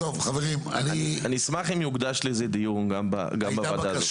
אני אשמח אם יוקדש לזה דיון גם בוועדה הזאת.